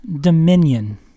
dominion